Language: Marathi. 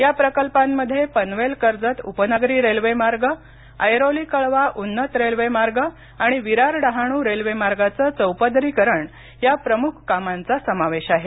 या प्रकल्पामध्ये पनवेल कर्जत उपनगरी रेल्वे मार्ग ऐरोली कळवा उन्नत रेल्वे मार्ग आणि विरार डहाणू रेल्वे मार्गाचं चौपदरीकरण या प्रमुख कामांचा समावेश आहे